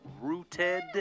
rooted